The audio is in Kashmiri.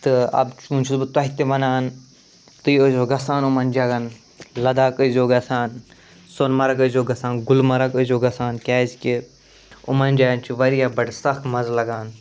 تہٕ اَب وۄنۍ چھُس بہٕ تۄہہِ تہِ وَنان تُہۍ ٲسۍ زیٛو گژھان إمَن جگَہن لداخ ٲسۍ زیٛو گژھان سونہٕ مرگ ٲسۍ زیٛو گژھان گُلمرگ ٲسۍ زیٛو گژھان کیٛازِکہِ یِمَن جایَن چھُ واریاہ بَڑٕ سَخ مَزٕ لَگان